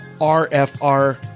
RFR